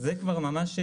זה כבר ממש.